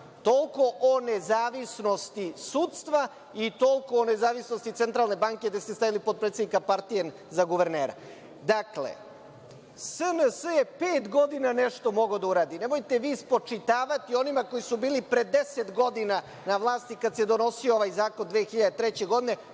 Toliko o nezavisnosti sudstva i toliko nezavisnosti centralne banke, gde ste stavili potpredsednika partije za guvernera. Dakle, SNS je pet godina mogao nešto da uradi. Nemojte vi spočitavati onima koji su bili pre 10 godina na vlasti kada se donosio ovaj zakon 2003. godine